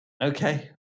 Okay